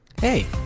Hey